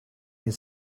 you